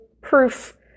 proof